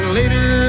later